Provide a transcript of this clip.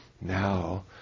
Now